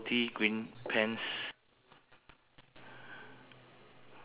okay correct black red hair black hair mm